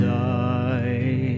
die